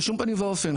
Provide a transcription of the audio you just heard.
בשום פנים ואופן,